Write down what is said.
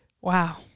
Wow